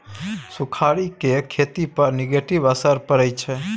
सुखाड़ि केर खेती पर नेगेटिव असर परय छै